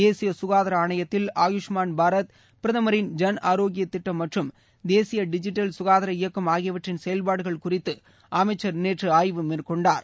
தேசிய சுகாதார ஆணையத்தில் ஆயுஷ்மான் பாரத் பிரதமரின் ஜன் ஆரோக்கியத் திட்டம் மற்றும் தேசிய டிஜிட்டல் ககாதார இயக்கம் ஆகியவற்றின் செயல்பாடுகள் குறித்து அமைச்சர் நேற்று ஆய்வு மேற்கொண்டார்